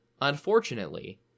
Unfortunately